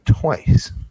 twice